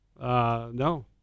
No